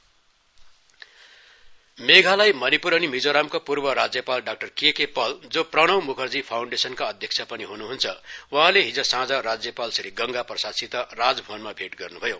governor Meghalaya Manipur अनि मिजोरामका पूर्व राज्यपाल डाक्टर के के पल जो प्रणव मुखर्जी फाँउण्डेसनका अध्यक्ष पनि हुनुहुन्छ वहाँले हिज साँझ राज्यपाल श्री गंगा प्रसादसित राजभवनमा भेट गर्नुभयो